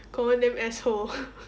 confirm damn asshole